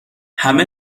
همه